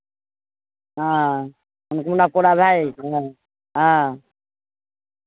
हँ ओहिमे पूरा भए जाइ छै ने हँ